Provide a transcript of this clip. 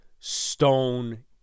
Stone